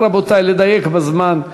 רבותי, נא לדייק בזמן.